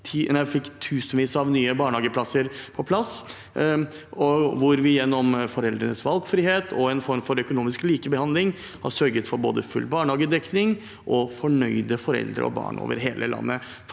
år fikk tusenvis av nye barnehageplasser på plass. Gjennom foreldrenes valgfrihet og en form for økonomisk likebehandling har vi sørget for både full barnehagedekning og fornøyde foreldre og barn over hele landet.